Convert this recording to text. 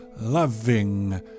Loving